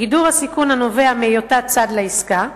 "גידור הסיכון הנובע מהיותה צד לעסקה (כלומר,